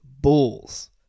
Bulls